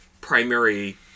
primary